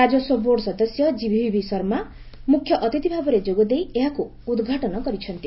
ରାଜସ୍ୱ ବୋର୍ଡ ସଦସ୍ୟ କିଭିଭି ଶର୍ମା ମୁଖ୍ୟଅତିଥି ଭାବେ ଯୋଗଦେଇ ଏହାକୁ ଉଦ୍ଘାଟନ କରିଛନ୍ତି